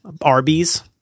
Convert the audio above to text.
Arby's